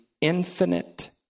infinite